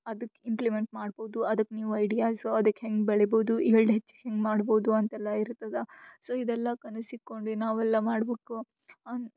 ಅದಕ್ಕೆ ಇಂಪ್ಲಿಮೆಂಟ್ ಮಾಡ್ಬೋದು ಅದಕ್ಕೆ ನೀವು ಐಡಿಯಾಸ್ ಅದಕ್ಕೆ ಹೆಂಗೆ ಬೆಳಿಬೋದು ಈಲ್ಡ್ ಹೆಚ್ಚು ಹೆಂಗೆ ಮಾಡ್ಬೋದು ಅಂತೆಲ್ಲ ಇರ್ತದೆ ಸೊ ಇದೆಲ್ಲ ಕನಸಿಕ್ಕೊಂಡು ನಾವೆಲ್ಲ ಮಾಡ್ಬೇಕು ಅಂದ್ರೆ